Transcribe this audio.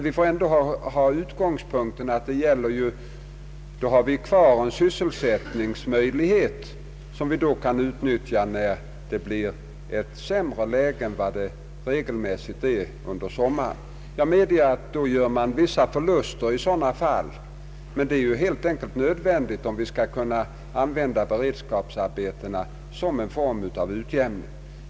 Då bör vi ha klart för oss att här finns en möjlighet till sysselsättning som kan utnyttjas när arbetsmarknadsläget blir sämre än det regelmässigt är under sommaren. Då gör man visserligen en del förluster, men det är helt enkelt nödvändigt om vi skall kunna använda beredskapsarbetena som en form av utjämning.